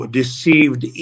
deceived